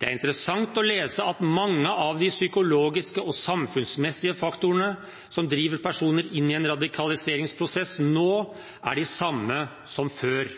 Det er interessant å lese at mange av de psykologiske og samfunnsmessige faktorene som driver personer inn i en radikaliseringsprosess, nå er de samme som før,